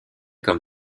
comme